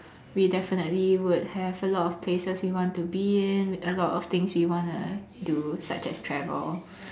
we definitely would have a lot places we want to be in a lot of things you want to do such as travel